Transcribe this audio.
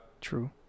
True